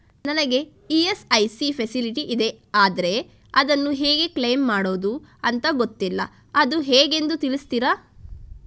ನನಗೆ ESIC facility ಇದೆ ಆದ್ರೆ ಅದನ್ನು ಹೇಗೆ ಕ್ಲೇಮ್ ಮಾಡೋದು ಅಂತ ಗೊತ್ತಿಲ್ಲ ಅದು ಹೇಗೆಂದು ತಿಳಿಸ್ತೀರಾ?